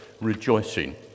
rejoicing